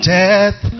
death